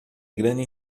grande